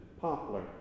poplar